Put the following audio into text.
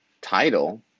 title